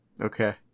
Okay